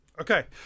Okay